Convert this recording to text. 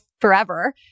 forever